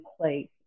place